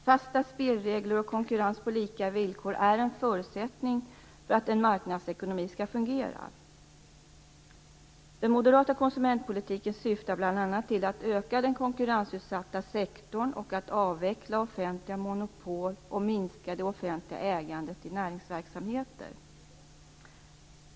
Fasta spelregler och konkurrens på lika villkor är en förutsättning för att en marknadsekonomi skall fungera. Den moderata konsumentpolitiken syftar bl.a. till att öka den konkurrensutsatta sektorn, att avveckla offentliga monopol och minska det offentliga ägandet i näringsverksamheter.